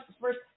first